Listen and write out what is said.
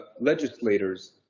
legislators